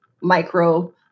micro